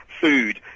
food